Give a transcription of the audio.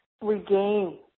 regain